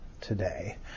today